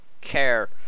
care